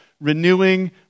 renewing